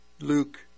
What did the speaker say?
Luke